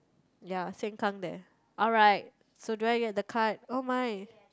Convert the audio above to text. ya sengkang there alright so do I get the card oh my